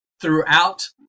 throughout